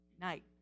night